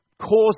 cause